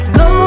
go